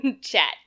Chat